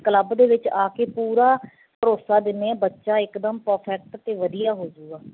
club ਦੇ ਵਿੱਚ ਆ ਕੇ ਪੂਰਾ ਭਰੋਸਾ ਦਿੰਦੇ ਹਾਂ ਬੱਚਾ ਇੱਕਦਮ ਪਰਫੈਕਟ ਅਤੇ ਵਧੀਆ ਹੋਜੂਗਾ